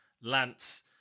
Lance